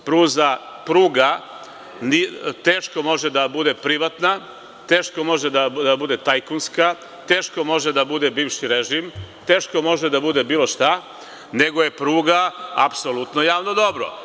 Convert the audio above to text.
Pruga teško može da bude privatna, teško može da bude tajkunska, teško može da bude bivši režim, teško može da bude bilo šta, nego je pruga apsolutno javno dobro.